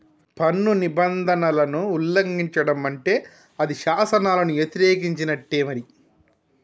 పన్ను నిబంధనలను ఉల్లంఘిచడం అంటే అది శాసనాలను యతిరేకించినట్టే మరి